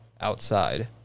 outside